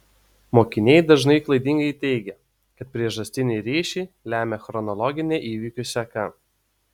mokiniai dažnai klaidingai teigia kad priežastinį ryšį lemia chronologinė įvykių seka